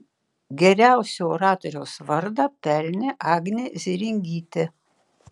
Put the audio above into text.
geriausio oratoriaus vardą pelnė agnė zėringytė